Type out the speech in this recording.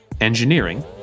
Engineering